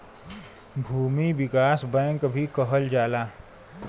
भूमि विकास बैंक भी कहल जाला